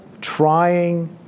trying